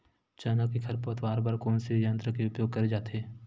चना के खरपतवार बर कोन से यंत्र के उपयोग करे जाथे?